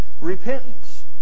repentance